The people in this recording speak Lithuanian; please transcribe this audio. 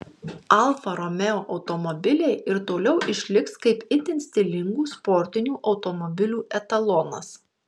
alfa romeo automobiliai ir toliau išliks kaip itin stilingų sportinių automobilių etalonas